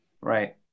Right